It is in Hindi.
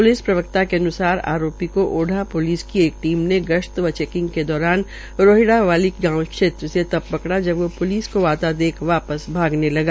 प्लिस प्रवक्ता के अन्सार आरोपी को ओठां प्लिस की एक टीम ने गश्त व चैकिंग के दौरान रोहिड़ावाली गांव क्षेत्र से तब पकड़ा जब वो प्लिस को आता देख वापस भागने लगा